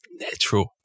natural